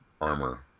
armor